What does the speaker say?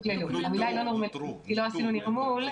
לא ביצענו נרמול.